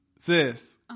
Sis